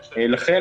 לכן,